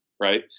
right